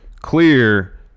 clear